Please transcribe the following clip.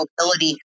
mobility